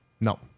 No